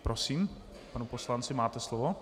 Prosím, pane poslanče, máte slovo.